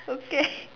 okay